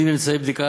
מממצאי בדיקה